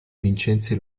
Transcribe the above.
vincenzi